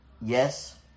Yes